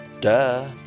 duh